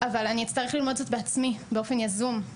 אבל אני אצטרך ללמוד זאת בעצמי באופן יזום,